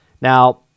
Now